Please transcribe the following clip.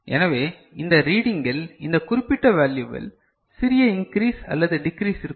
எனவே இந்த ரீடிங்கிள் இந்த குறிப்பிட்ட வேல்யுவில் சிறிய இன்க்ரீஸ் அல்லது டிக்ரீஸ் இருக்கும்